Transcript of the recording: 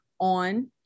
on